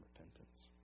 repentance